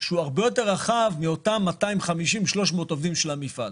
הוא הרבה יותר רחב מאותם 250,300 עובדים של המפעל.